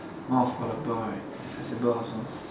more affordable right accessible also